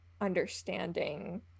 understanding